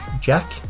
jack